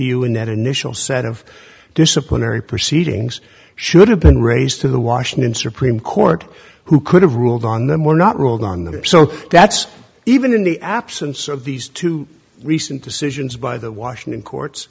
you in that initial set of disciplinary proceedings should have been raised to the washington supreme court who could have ruled on them or not ruled on that or so that's even in the absence of these two recent decisions by the washington courts